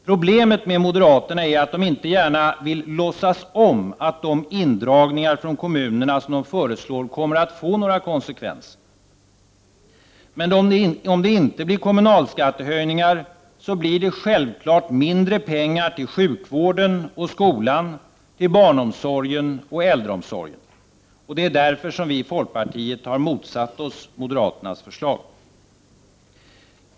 Problemet med moderaterna är att de inte gärna vill låtsas om att de indragningar från kommunerna som föreslås kommer att få konsekvenser. Men om det inte blir kommunalskattehöjningar, blir det självfallet mindre pengar till sjukvården och skolan, till barnomsorgen och äldreomsorgen. Det är därför som vi i folkpartiet har motsatt oss moderaternas förslag.